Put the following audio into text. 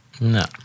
No